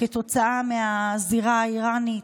כתוצאה מהזירה האיראנית,